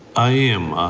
i am.